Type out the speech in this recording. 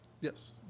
Yes